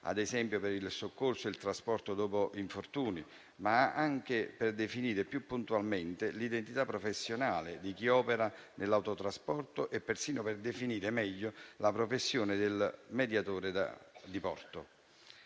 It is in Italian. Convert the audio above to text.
ad esempio per il soccorso e il trasporto dopo infortuni, e anche per definire più puntualmente l'identità professionale di chi opera nell'autotrasporto e persino per definire meglio la professione del mediatore da diporto.